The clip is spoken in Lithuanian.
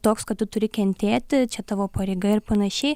toks kad tu turi kentėti čia tavo pareiga ir panašiai